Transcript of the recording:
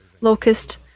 locust